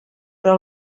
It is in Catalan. però